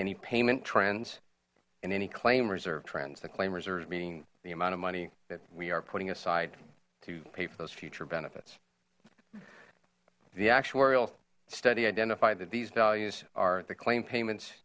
any payment trends and any claim reserved trends the claim reserves being the amount of money that we are putting aside to pay for those future benefits the actuarial study identified that these values are the claim payments